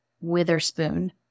Witherspoon